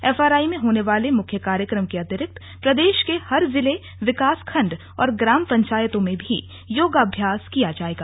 FRI में होने वाले मुख्य कार्यक्रम के अतिरिक्त प्रदेश के हर जिले विकास खण्ड और ग्राम पंचायतों में भी योगाभ्यास किया जाएगा